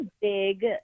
big